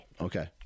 okay